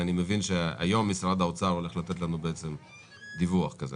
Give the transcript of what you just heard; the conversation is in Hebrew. ואני מבין שהיום משרד האוצר הולך לתת לנו דיווח כזה.